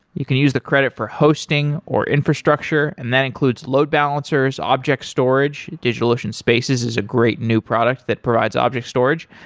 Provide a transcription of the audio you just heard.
you can use the credit for hosting, or infrastructure, and that includes load balancers, object storage. digitalocean spaces is a great new product that provides object storage,